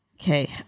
okay